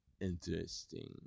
Interesting